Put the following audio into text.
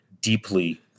deeply